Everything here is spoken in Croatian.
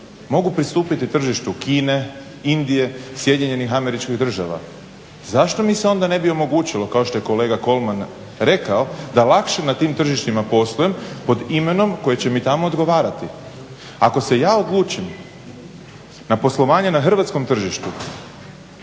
mogu pristupiti tržištu Kine, Indije, SAD. Zašto mi se onda ne bi omogućilo kao što je kolega Kolman rekao, da lakše na tim tržištima poslujem pod imenom koje će mi tamo odgovarati? Ako se ja odlučim na poslovanje na hrvatskom tržištu